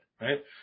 right